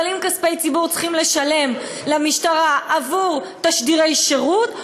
אבל האם בכספי ציבור צריכים לשלם למשטרה בעבור תשדירי שירות,